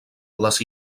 les